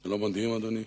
זה לא מדהים, אדוני?